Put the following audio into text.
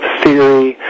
theory